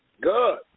Good